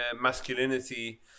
masculinity